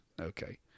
Okay